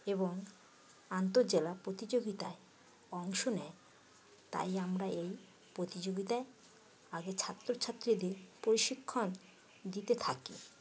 এবং আন্তর জেলা প্রতিযোগিতায় অংশ নে তাই আমরা এই প্রতিযোগিতায় আগে ছাত্রছাত্রীদের প্রশিক্ষণ দিতে থাকি